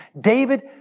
David